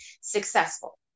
successful